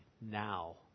now